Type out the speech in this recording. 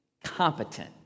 competent